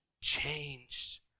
changed